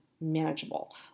manageable